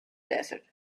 desert